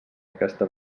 aquesta